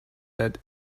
let